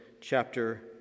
chapter